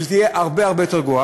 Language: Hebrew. והיא תהיה הרבה הרבה יותר גרועה.